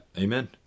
Amen